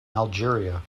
algeria